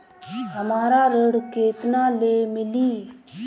हमरा ऋण केतना ले मिली?